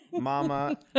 Mama